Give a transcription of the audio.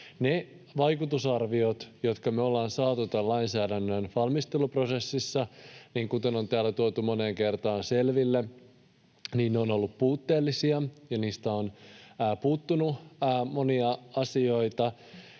Ne vaikutusarviot, jotka me ollaan saatu tämän lainsäädännön valmisteluprosessissa, kuten on täällä tuotu moneen kertaan selville, ovat olleet puutteellisia, ja niistä on puuttunut monia asioita.